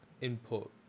input